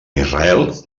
israel